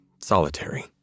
solitary